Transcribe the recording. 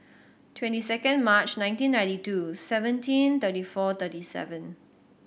twenty second March nineteen ninety two seventeen thirty four thirty seven